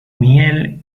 miel